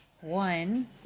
one